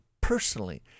personally